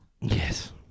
Yes